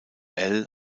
elle